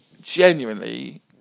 genuinely